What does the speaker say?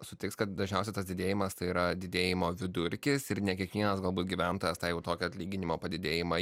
sutiks kad dažniausia tas didėjimas tai yra didėjimo vidurkis ir ne kiekvienas galbūt gyventojas tą jau tokio atlyginimo padidėjimą